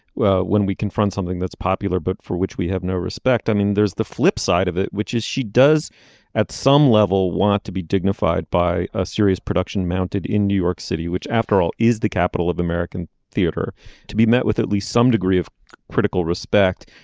well when we confront something that's popular but for which we have no respect i mean there's the flip side of it which is she does at some level want to be dignified by a serious production mounted in new york city which after all is the capital of american theater to be met with at least some degree of critical respect.